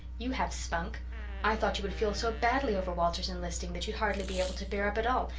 you have spunk i thought you would feel so badly over walter's enlisting that you'd hardly be able to bear up at all,